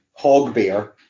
hogbear